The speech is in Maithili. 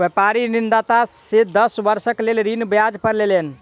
व्यापारी ऋणदाता से दस वर्षक लेल ऋण ब्याज पर लेलैन